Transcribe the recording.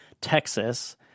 Texas